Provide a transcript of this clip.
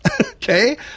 Okay